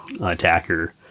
attacker